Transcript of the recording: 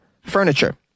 furniture